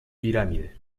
pirámide